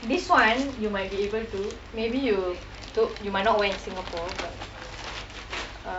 this [one] you might be able to maybe you you might not wear in singapore but uh